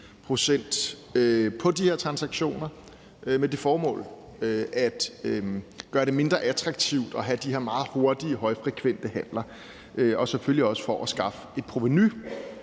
på de her transaktioner med det formål at gøre det mindre attraktivt at lave de her meget hurtige, højfrekvente handler og selvfølgelig også for at skaffe et provenu.